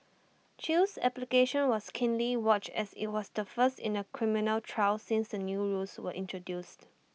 chew's application was keenly watched as IT was the first in A criminal trial since the new rules were introduced